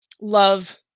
love